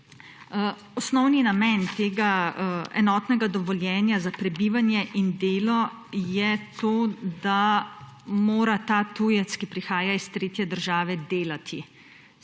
Osnovni namen tega enotnega dovoljena za prebivanje in delo je, da mora ta tujec, ki prihaja iz tretje države, delati,